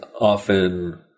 often